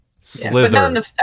Slither